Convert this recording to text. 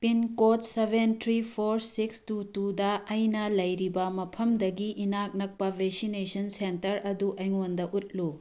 pin code seven three four six two ꯇꯨꯗ ꯑꯩꯅ ꯂꯩꯔꯤꯕ ꯃꯐꯝꯗꯒꯤ ꯏꯅꯥꯛ ꯅꯛꯄ ꯚꯦꯛꯁꯤꯅꯦꯁꯟ ꯁꯦꯟꯇꯔ ꯑꯗꯨ ꯑꯩꯉꯣꯟꯗ ꯎꯠꯂꯨ